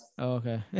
Okay